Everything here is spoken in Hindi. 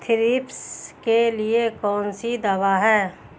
थ्रिप्स के लिए कौन सी दवा है?